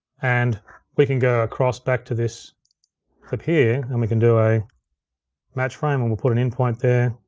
and we can go across back to this up here, and we can do a match frame and we'll put an in point there,